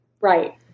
Right